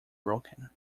broken